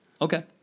Okay